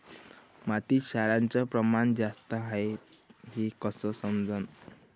मातीत क्षाराचं प्रमान जास्त हाये हे कस समजन?